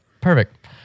Perfect